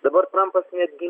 dabar trampas netgi